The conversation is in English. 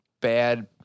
bad